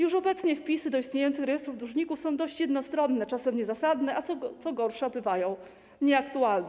Już obecnie wpisy do istniejących rejestrów dłużników są dość jednostronne, czasem niezasadne, a co gorsza, bywają nieaktualne.